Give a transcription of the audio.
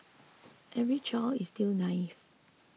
every child is still naive